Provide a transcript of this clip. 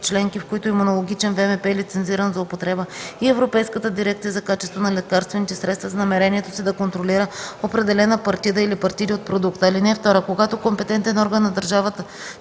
членки, в които имунологичен ВМП е лицензиран за употреба и Европейската дирекция за качество на лекарствените средства за намерението си да контролира определена партида или партиди от продукта.